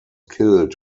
killed